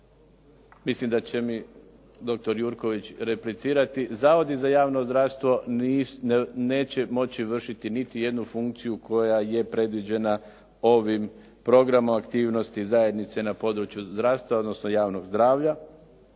mislim da će mi dr. Jurković replicirati, zavodi za javno zdravstvo neće moći vršiti niti jednu funkciju koja je predviđena ovim programom aktivnosti zajednice na području zdravstva, odnosno javnog zdravlja,